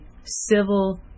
civil